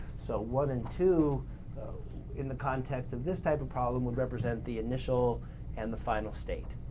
so, one and two in the context of this type of problem would represent the initial and the final state.